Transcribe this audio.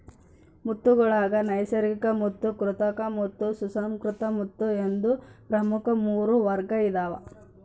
ಮುತ್ತುಗುಳಾಗ ನೈಸರ್ಗಿಕಮುತ್ತು ಕೃತಕಮುತ್ತು ಸುಸಂಸ್ಕೃತ ಮುತ್ತು ಎಂದು ಪ್ರಮುಖ ಮೂರು ವರ್ಗ ಇದಾವ